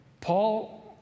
Paul